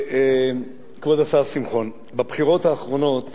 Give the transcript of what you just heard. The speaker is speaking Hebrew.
כבוד השר שמחון, בבחירות האחרונות